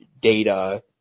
data